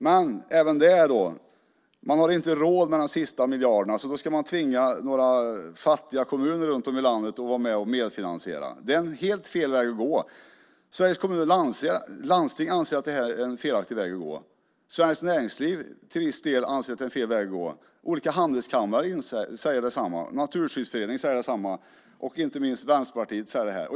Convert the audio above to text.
Men även där är det så att man inte har råd med de sista miljarderna, så några fattiga kommuner runt om i landet ska tvingas att vara medfinansiärer. Det är helt fel väg att gå. Också Sveriges Kommuner och Landsting anser att det här är helt fel väg att gå. Till viss del anser även Svenskt Näringsliv att det är fel väg att gå. Olika handelskamrar säger samma sak liksom Naturskyddsföreningen och, inte minst, Vänsterpartiet.